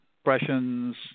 expressions